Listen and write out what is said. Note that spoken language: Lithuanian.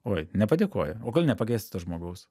oi nepadėkojo o kodėl nepakviesti to žmogaus